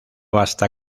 basta